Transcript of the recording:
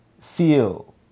feel